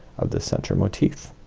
of the center motif